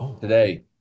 Today